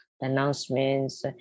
announcements